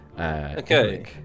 Okay